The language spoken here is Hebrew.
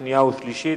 ומשפט.